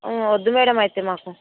వద్దు మ్యాడమ్ అయితే మాకు